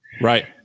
Right